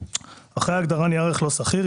אחרי ההגדרה "נייר ערך לא סחיר",